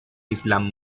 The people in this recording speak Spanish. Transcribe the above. islam